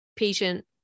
patient